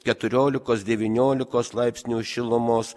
keturiolikos devyniolikos laipsnių šilumos